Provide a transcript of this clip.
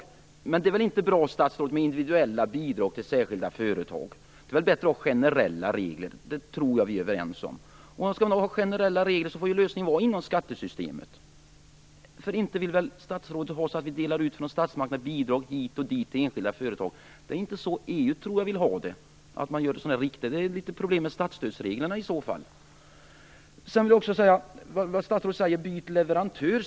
Men, statsrådet, det är väl inte bra med individuella bidrag till särskilda företag, utan det är väl bättre med generella regler. Det tror jag vi är överens om. Och skall man ha generella regler får lösningen ligga inom ramen för skattesystemet - för inte vill väl statsrådet att vi skall dela ut bidrag hit och dit till enskilda företag? Jag tror inte att det är så EU vill ha det. Det blir litet problem med statsstödsreglerna i så fall. Statsrådet säger att man alltid kan byta leverantör.